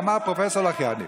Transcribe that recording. אמר פרופ' אלחיאני.